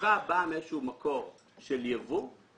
החשיבה באה מאיזשהו מקור של יבוא,